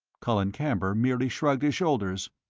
colin camber merely shrugged his shoulders.